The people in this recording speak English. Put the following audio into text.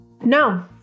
No